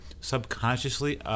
subconsciously –